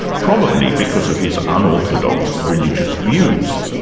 probably because of his unorthodox religious views.